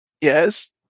Yes